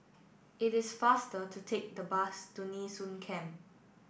it is faster to take the bus to Nee Soon Camp